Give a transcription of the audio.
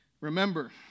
Remember